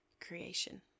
creation